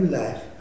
life